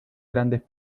grandes